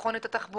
לבחון את התחבורה,